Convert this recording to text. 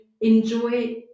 enjoy